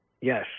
Yes